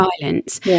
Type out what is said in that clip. violence